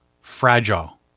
fragile